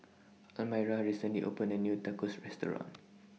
Almyra recently opened A New Tacos Restaurant